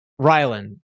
Rylan